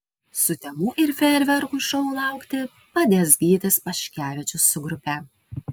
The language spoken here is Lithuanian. sutemų ir fejerverkų šou laukti padės gytis paškevičius su grupe